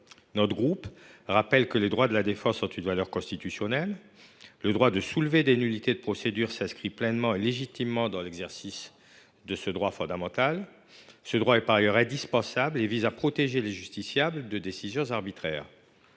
Le groupe GEST rappelle que les droits de la défense ont une valeur constitutionnelle. Le droit de soulever des nullités de procédure s’inscrit pleinement et légitimement dans l’exercice de ce droit fondamental. Ce droit est par ailleurs indispensable et vise à protéger les justiciables de décisions arbitraires.